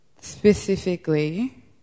specifically